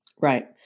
Right